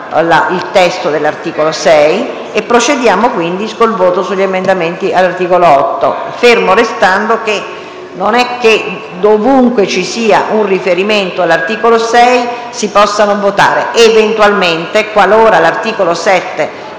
la questione dell'articolo 6. Procediamo al voto degli emendamenti sull'articolo 8, fermo restando che non è che dovunque ci sia un riferimento all'articolo 6 si possa non votare. Eventualmente, qualora l'articolo 7